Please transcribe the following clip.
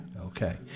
okay